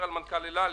מנכ"ל אל על,